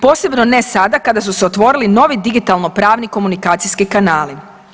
Posebno ne sada kada su se otvorili novi digitalno pravni komunikacijski kanali.